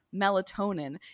melatonin